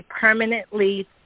permanently